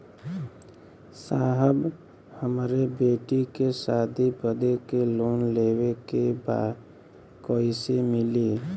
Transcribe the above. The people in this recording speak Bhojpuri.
साहब हमरे बेटी के शादी बदे के लोन लेवे के बा कइसे मिलि?